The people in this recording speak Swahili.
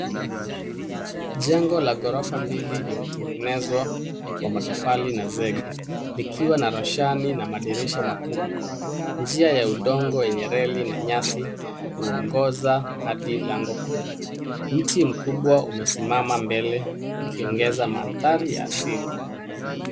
Jengo la ghorofa mbili limetengenezwa kwa matofali na zege likiwa na roshani na madirisha makubwa. Njia ya udongo yenye reli na nyasi huongoza hadi lango kuu. Mti mkubwa umesimama mbele ukiongeza mandhari ya asili.